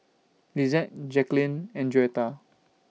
Lizeth Jacklyn and Joetta